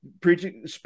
preaching